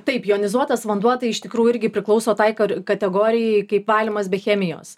taip jonizuotas vanduo tai iš tikrųjų irgi priklauso tai kar kategorijai kaip valymas be chemijos